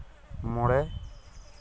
ᱢᱚᱬᱮ